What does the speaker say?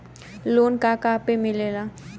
Loan का का पे मिलेला?